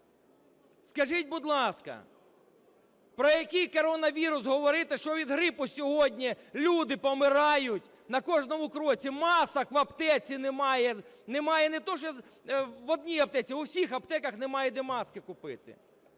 Скажіть, будь ласка, про який коронавірус говорити, що від грипу сьогодні люди помирають на кожному кроці, масок в аптеці немає, немає не те, що в одній аптеці, в усіх аптеках немає, де маски купити.